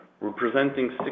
representing